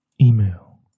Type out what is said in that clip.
email